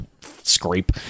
scrape